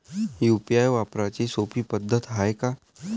UPI वापराची सोपी पद्धत हाय का?